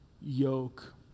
yoke